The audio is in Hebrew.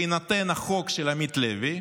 בהינתן החוק של עמית הלוי,